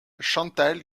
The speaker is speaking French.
chantal